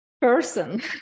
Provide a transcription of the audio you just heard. person